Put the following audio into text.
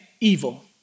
evil